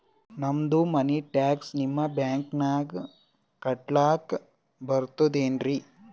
ನಮ್ದು ಮನಿ ಟ್ಯಾಕ್ಸ ನಿಮ್ಮ ಬ್ಯಾಂಕಿನಾಗ ಕಟ್ಲಾಕ ಬರ್ತದೇನ್ರಿ?